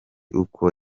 uko